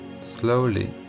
Slowly